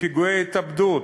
לפיגועי התאבדות,